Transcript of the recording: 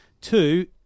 Two